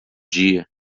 dia